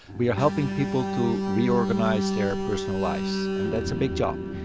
we are helping people to reorganise their personal lives, and that's a big job.